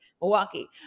milwaukee